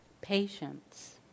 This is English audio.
Patience